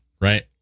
right